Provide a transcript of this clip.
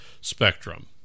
spectrum